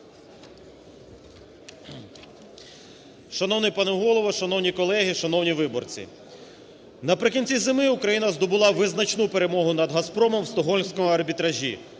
Шановний пане Голово! Шановні колеги! Шановні виборці! Наприкінці зими Україна здобула визначну перемогу над "Газпромом" в Стокгольмському арбітражі.